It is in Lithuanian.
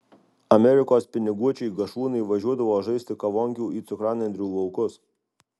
amerikos piniguočiai gašlūnai važiuodavo žaisti kavonkių į cukranendrių laukus